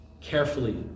carefully